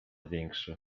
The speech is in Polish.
większy